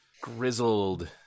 grizzled